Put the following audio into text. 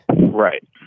Right